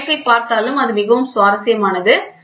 இந்த தலைப்பைப் பார்த்தாலும் அது மிகவும் சுவாரஸ்யமானது